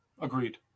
Agreed